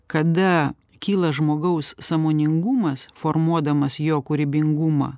kada kyla žmogaus sąmoningumas formuodamas jo kūrybingumą